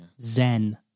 Zen